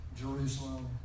Jerusalem